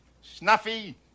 Snuffy